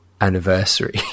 anniversary